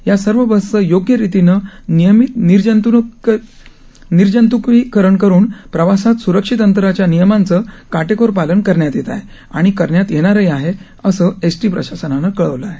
या सर्व बसचं योग्य रीतीनं नियमीत निर्जंतुकीकरण करुन प्रवासात सुरक्षित अंतराच्या नियमांचं काटेकोर पालन करण्यात येत आहे आणि करण्यात येणारही आहे असं एस टी प्रशासनानं कळवलं आहे